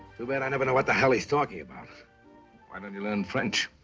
too bad i never know what the hell he's talking about. why didn't you learn french,